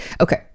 Okay